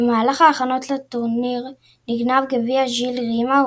במהלך ההכנות לטורניר נגנב גביע ז'יל רימה,